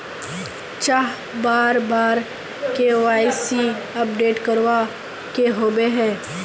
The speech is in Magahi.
चाँह बार बार के.वाई.सी अपडेट करावे के होबे है?